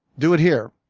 do it here.